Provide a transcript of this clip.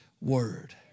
word